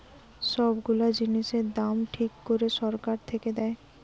সব গুলা জিনিসের দাম ঠিক করে সরকার থেকে দেয়